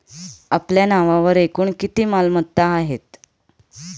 आपल्या नावावर एकूण किती मालमत्ता आहेत?